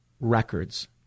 records